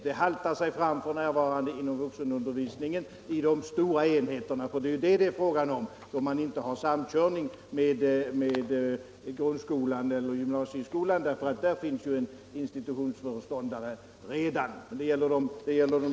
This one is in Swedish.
Det haltar sig fram för närvarande inom vuxenundervisningen vid de stora enheterna. Det är ju detta det är fråga om, de stora självständiga enheterna — inte dem som har samkörning med grundskolan eller gymnasieskolan, där det redan finns institutionsföreståndare.